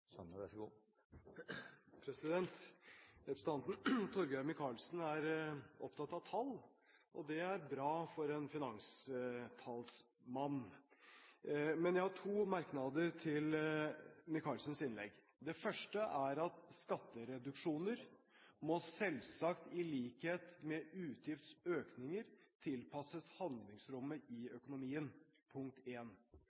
opptatt av tall, og det er bra for en finanstalsmann. Men jeg har to merknader til Micaelsens innlegg. Det første er at skattereduksjoner må selvsagt – i likhet med utgiftsøkninger – tilpasses handlingsrommet i